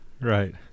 Right